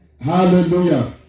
Hallelujah